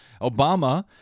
Obama